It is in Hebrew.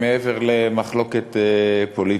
מעבר למחלוקת פוליטית.